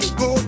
go